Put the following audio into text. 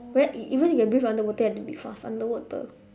where even you can breathe underwater you have to be fast underwater